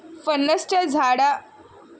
फणसाच्या जाड, खडबडीत सालाखाली एक तंतुमय मांस असते